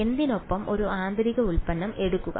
എന്തിനൊപ്പം ഒരു ആന്തരിക ഉൽപ്പന്നം എടുക്കുക